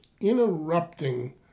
interrupting